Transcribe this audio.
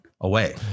away